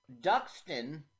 Duxton